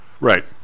Right